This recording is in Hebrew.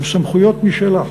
עם סמכויות משלה,